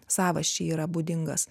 savasčiai yra būdingas